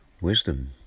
wisdom